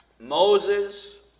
Moses